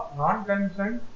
non-consent